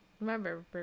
Remember